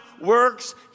works